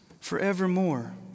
forevermore